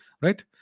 right